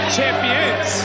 champions